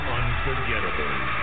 unforgettable